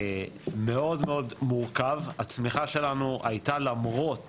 מאוד מאוד מורכב, הצמיחה שלנו הייתה למרות